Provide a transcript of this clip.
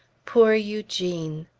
poor eugene.